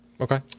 okay